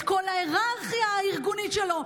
את כל ההיררכיה הארגונית שלו.